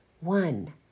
One